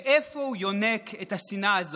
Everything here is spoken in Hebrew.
מאיפה הוא יונק את השנאה הזו?